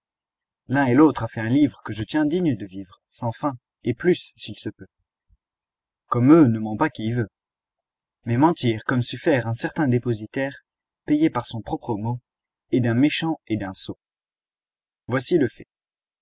l'un et l'autre a fait un livre que je tiens digne de vivre sans fin et plus s'il se peut comme eux ne ment pas qui veut mais mentir comme sut faire un certain dépositaire payé par son propre mot est d'un méchant et d'un sot voici le fait